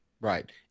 Right